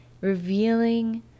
revealing